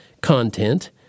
content